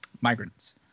migrants